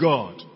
God